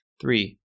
three